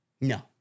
No